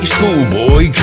Schoolboy